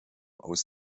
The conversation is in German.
aus